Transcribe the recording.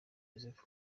joseph